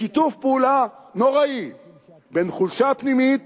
בשיתוף פעולה נורא בין חולשה פנימית